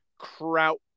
Kraut